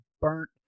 burnt